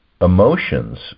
emotions